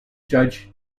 judge